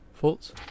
thoughts